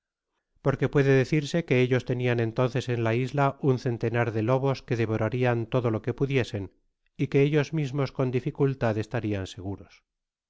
perque puede decirse que ellos tenian entonces en la isla un centenar de lobos que devorarian todo lo que pudiesen y que ellos mismos con dificultad estarian seguros